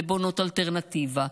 בונות אלטרנטיבה,